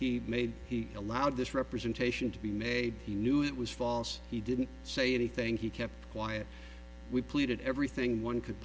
he made he allowed this representation to be made he knew it was false he didn't say anything he kept quiet we pleaded everything one could